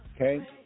Okay